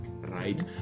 right